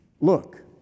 Look